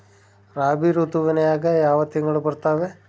ರಾಬಿ ಋತುವಿನ್ಯಾಗ ಯಾವ ತಿಂಗಳು ಬರ್ತಾವೆ?